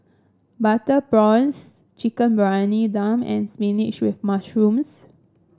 Butter Prawns Chicken Briyani Dum and spinach with mushrooms